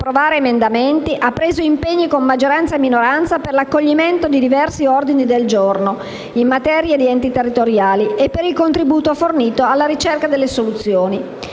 approvare emendamenti, ha preso impegni con maggioranza e minoranza per l'accoglimento di diversi ordini del giorno in materia di enti territoriali e per il contributo fornito alla ricerca delle soluzioni.